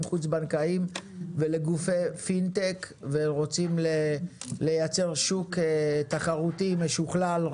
חוץ בנקאיים ולגופי פינטק ורוצים לייצר שוק תחרותי משוכלל,